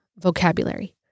vocabulary